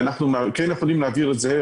ואנחנו כן יכולים להעביר את זה.